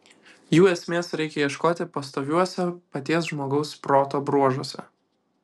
jų esmės reikia ieškoti pastoviuose paties žmogaus proto bruožuose